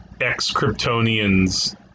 ex-Kryptonians